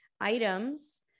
items